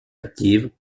active